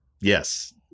Yes